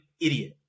idiot